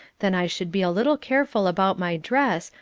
then i should be a little careful about my dress,